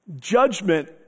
judgment